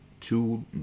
two